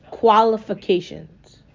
qualifications